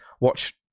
watch